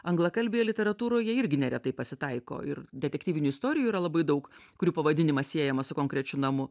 anglakalbėje literatūroje irgi neretai pasitaiko ir detektyvinių istorijų yra labai daug kurių pavadinimas siejamas su konkrečiu namu